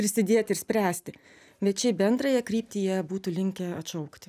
prisidėti ir spręsti bet šiaip bendrąją kryptį jie būtų linkę atšaukti